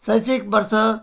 शैक्षिक वर्ष